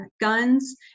guns